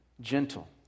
gentle